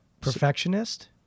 Perfectionist